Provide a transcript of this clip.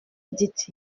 dit